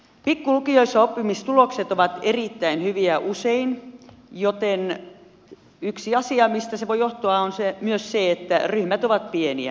pikkulukioissa oppimistulokset ovat usein erittäin hyviä ja yksi asia mistä se voi johtua on myös se että ryhmät ovat pieniä